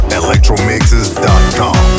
electromixes.com